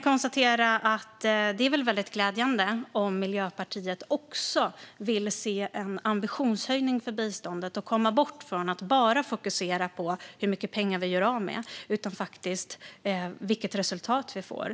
Det är väldigt glädjande om Miljöpartiet också vill se en ambitionshöjning för biståndet och komma bort från att bara fokusera på hur mycket pengar vi gör av med och faktiskt se till vilket resultat vi får.